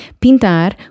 Pintar